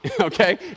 okay